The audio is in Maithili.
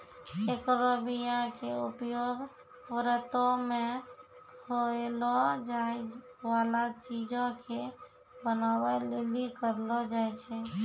एकरो बीया के उपयोग व्रतो मे खयलो जाय बाला चीजो के बनाबै लेली करलो जाय छै